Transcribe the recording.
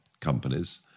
companies